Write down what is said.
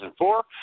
2004